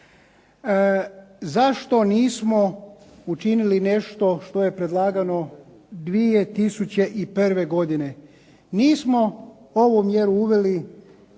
Zašto nismo učinili nešto što je predlagano 2001. godine? Nismo ovu mjeru uveli